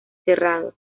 cerrado